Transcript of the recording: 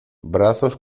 brazos